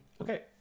Okay